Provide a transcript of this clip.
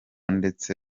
ndetse